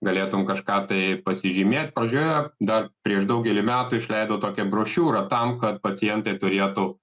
galėtum kažką tai pasižymėt pradžioje dar prieš daugelį metų išleido tokią brošiūrą tam kad pacientai turėtų